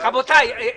רבותיי.